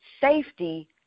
safety